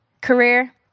career